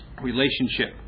relationship